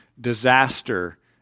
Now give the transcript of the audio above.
disaster